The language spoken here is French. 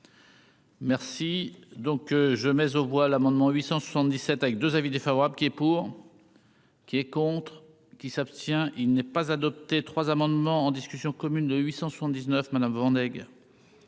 Merci donc je mais aux voix l'amendement 877 avec 2 avis défavorables. Qui est pour, qui est contre. Qui s'abstient, il n'est pas adopté 3 amendements en discussion commune de 879 madame nègre.